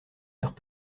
verres